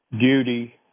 duty